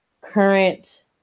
current